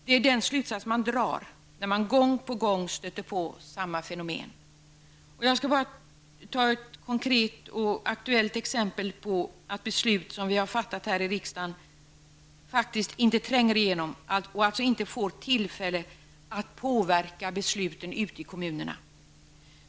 Det är den slutsats man drar när man gång på gång stöter på samma fenomen. Jag skall ta ett konkret och aktuellt exempel på att beslut som vi har fattat här i riksdagen faktiskt inte tränger igenom och därmed inte får tillfälle att påverka besluten ute i kommunerna.